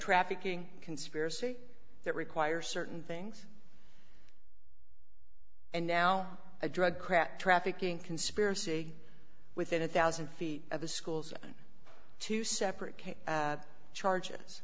trafficking conspiracy that require certain things and now a drug crack trafficking conspiracy within a one thousand feet of the schools on two separate k charges